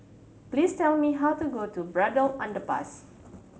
please tell me how to go to Braddell Underpass